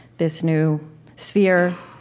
this new sphere,